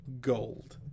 gold